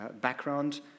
background